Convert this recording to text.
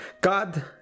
God